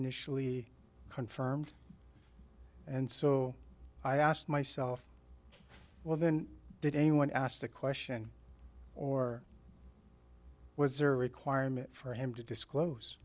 initially confirmed and so i asked myself well than did anyone asked a question or was a requirement for him to disclose